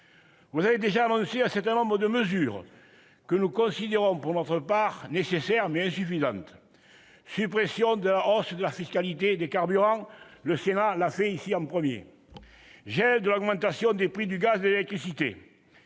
Vous avez déjà annoncé un certain nombre de mesures, que nous considérons pour notre part comme nécessaires, mais insuffisantes : suppression de la hausse de la fiscalité des carburants- le Sénat l'a fait en premier -, gel de l'augmentation des prix du gaz et de l'électricité,